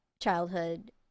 childhood